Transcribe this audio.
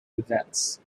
events